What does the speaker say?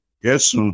Yes